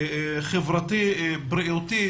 החברתי והבריאותי,